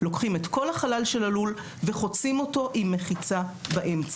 לוקחים את כל החלל של הלול וחוצים אותו עם מחיצה באמצע.